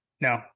No